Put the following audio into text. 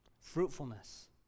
Fruitfulness